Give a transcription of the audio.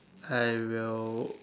I will